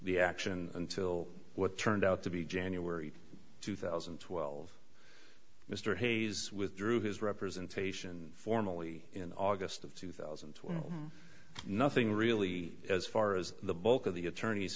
the action until what turned out to be january two thousand and twelve mr hayes withdrew his representation formally in august of two thousand and twelve nothing really as far as the bulk of the attorney